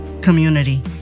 Community